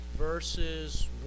verses